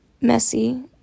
Messy